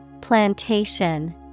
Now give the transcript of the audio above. Plantation